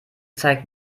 zeigt